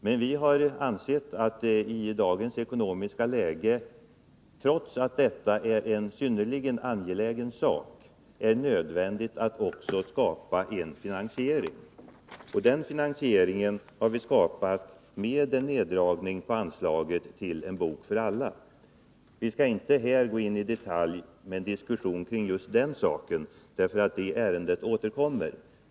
Men vi har ansett att det i dagens ekonomiska läge — trots att detta är en synnerligen angelägen sak — är nödvändigt att också skapa en finansiering, och det har vi gjort genom en neddragning av anslaget till En bok för alla. Vi skallinte här i detalj diskutera den verksamheten — det ärendet återkommer.